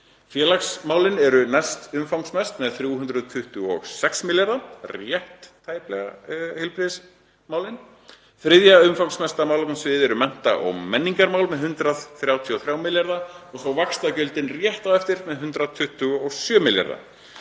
Félagsmálin eru næstumfangsmest með 326 milljarða, rétt tæplega heilbrigðismálin. Þriðja umfangsmesta málefnasviðið eru mennta- og menningarmál með 133 milljarða og svo vaxtagjöldin rétt á eftir með 127 milljarða.